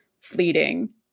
fleeting